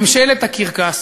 ממשלת הקרקס.